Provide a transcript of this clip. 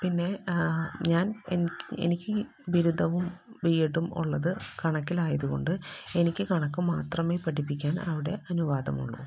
പിന്നെ ഞാന് എനി എനിക്ക് ഈ ബിരുദവും ബി എഡും ഉള്ളത് കണക്കിലായതുകൊണ്ട് എനിക്ക് കണക്ക് മാത്രമേ പഠിപ്പിക്കാൻ അവിടെ അനുവാദമുള്ളൂ